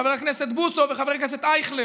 חבר הכנסת בוסו וחבר הכנסת אייכלר: